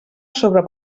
sobre